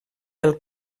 del